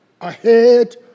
ahead